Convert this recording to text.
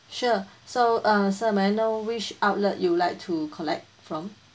sure so um sir may I know which outlet you would like to collect from